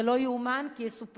זה לא יאומן כי יסופר.